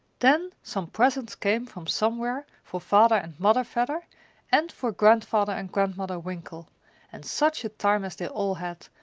then some presents came from somewhere for father and mother vedder and for grandfather and grandmother winkle and such a time as they all had,